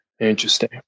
Interesting